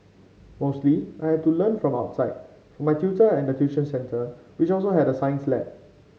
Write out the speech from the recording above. mostly I had to learn from outside from my tutor and the tuition centre which also had a science lab